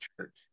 church